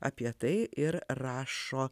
apie tai ir rašo